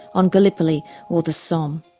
on gallipoli or the somme.